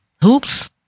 Hoops